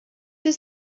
does